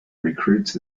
recruits